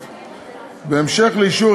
בנושא.